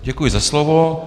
Děkuji za slovo.